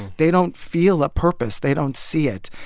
they don't feel a purpose. they don't see it.